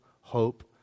hope